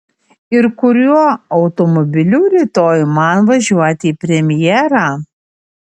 ir kuriuo automobiliu rytoj man važiuoti į premjerą